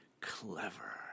clever